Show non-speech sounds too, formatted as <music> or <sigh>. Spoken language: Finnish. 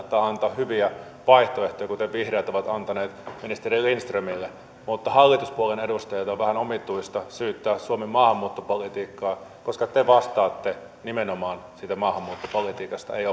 <unintelligible> tai antaa hyviä vaihtoehtoja kuten vihreät ovat antaneet ministeri lindströmille mutta hallituspuolueen edustajalta on vähän omituista syyttää suomen maahanmuuttopolitiikkaa koska te vastaatte nimenomaan siitä maahanmuuttopolitiikasta ei <unintelligible>